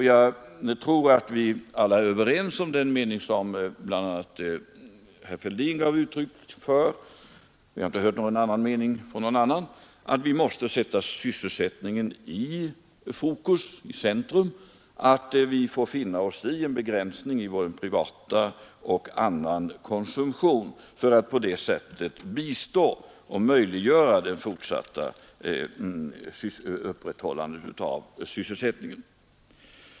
Jag tror att vi alla är överens om det som bl.a. herr Fälldin gav uttryck för — jag har inte hört någon avvikande mening från någon annan — nämligen att vi måste sätta sysselsättningen i fokus, att vi måste finna oss i en begränsning av vår privata konsumtion för att på det sättet bistå och möjliggöra det fortsatta upprätthållandet av sysselsättningen.